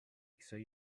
عکسای